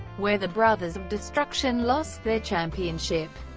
where the brothers of destruction lost their championship.